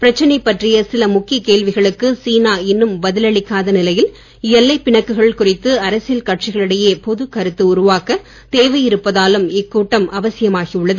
பிரச்சனை பற்றிய சில முக்கிய கேள்விகளுக்கு சீனா இன்னும் பதில் அளிக்காத நிலையில் எல்லைப் பிணக்குகள் குறித்து அரசியல் கட்சிகளிடையே பொதுக்கருத்து உருவாக்க தேவை இருப்பதாலும் இக்கூட்டம் அவசியமாகி உள்ளது